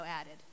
added